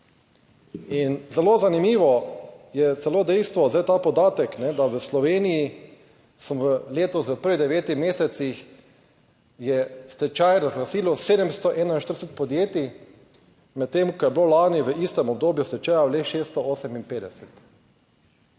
zelo zanimivo je celo dejstvo, zdaj ta podatek, da v Sloveniji v letu v prvih devetih mesecih je stečaj razglasilo 741 podjetij, medtem ko je bilo lani v istem obdobju stečajev le 658.